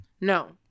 No